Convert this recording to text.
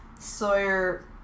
Sawyer